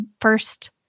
first